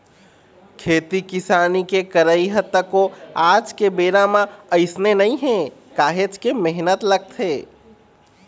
खेती किसानी के करई ह तको आज के बेरा म अइसने नइ हे काहेच के मेहनत लगथे